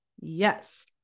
Yes